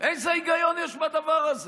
איזה היגיון יש בדבר הזה?